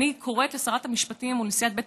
אני קוראת לשרת המשפטים ולנשיאת בית